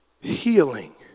Healing